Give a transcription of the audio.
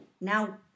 now